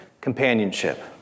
companionship